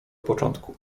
początku